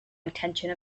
intention